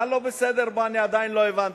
מה לא בסדר בו, אני עדיין לא הבנתי.